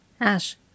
Ash